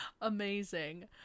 amazing